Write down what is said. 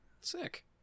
Sick